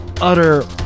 utter